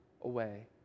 away